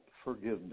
forgiveness